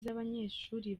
z’abanyeshuri